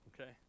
okay